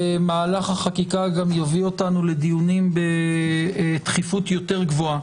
ומהלך החקיקה יביא אותנו לדיונים בתכיפות יותר גבוהה